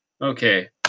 Okay